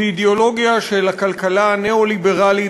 שהיא אידיאולוגיה של הכלכלה הניאו-ליברלית,